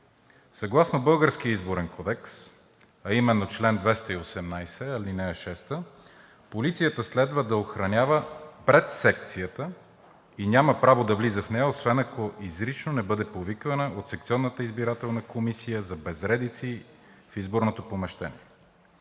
Съгласно българския Изборен кодекс, а именно чл. 218, ал. 6, полицията следва да охранява пред секцията и няма право да влиза в нея, освен ако изрично не бъде повикана от секционната избирателна комисия за безредици в изборното помещение.